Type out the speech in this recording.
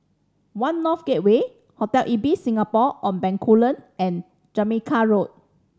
One North Gateway Hotel Ibis Singapore On Bencoolen and Jamaica Road